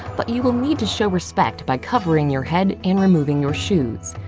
but you will need to show respect by covering your head and removing your shoes.